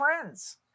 friends